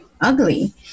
ugly